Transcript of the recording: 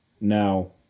Now